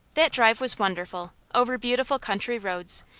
that drive was wonderful, over beautiful country roads,